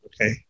okay